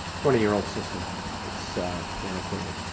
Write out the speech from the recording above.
twenty year old system it's antiquated.